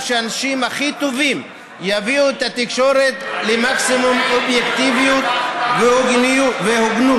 שהאנשים הכי טובים יביאו את התקשורת למקסימום אובייקטיביות והוגנות.